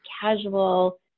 casual